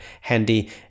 handy